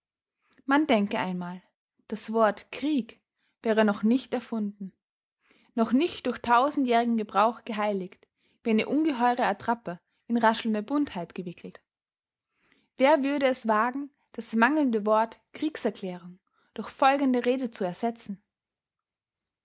man denke einmal das wort krieg wäre noch nicht erfunden noch nicht durch tausendjährigen gebrauch geheiligt wie eine ungeheure attrappe in raschelnde buntheit gewickelt wer würde es wagen das mangelnde wort kriegserklärung durch folgende rede zu ersetzen